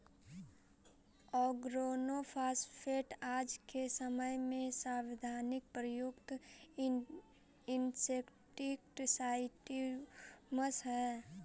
organophosphate आज के समय में सर्वाधिक प्रयुक्त इंसेक्टिसाइट्स् हई